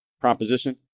proposition